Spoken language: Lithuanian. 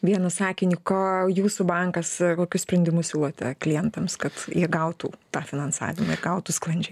vienu sakiniu ko jūsų bankas kokius sprendimus siūlote klientams kad jie gautų tą finansavimą ir gautų sklandžiai